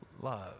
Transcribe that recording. love